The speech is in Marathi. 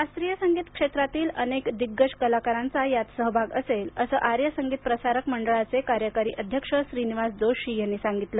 शास्त्रीय संगीत क्षेत्रातील अनेक दिग्गज कलाकारांचा यात सहभाग असेल असं आर्य संगीत प्रसारक मंडळाचे कार्यकारी अध्यक्ष श्रीनिवास जोशी यांनी सांगितलं